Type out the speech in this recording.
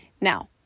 Now